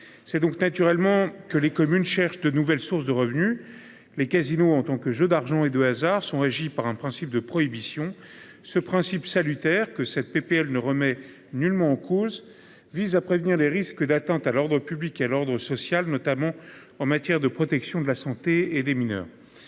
C'est donc naturellement que les communes cherchent de nouvelles sources de revenus. Les casinos en tant que jeu d'argent et de hasard sont régies par un principe de prohibition ce principe salutaire que cette PPL ne remet nullement en cause vise à prévenir les risques d'atteinte à l'ordre public et l'ordre social, notamment en matière de protection de la santé et des mineurs.